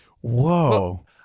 Whoa